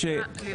יופי.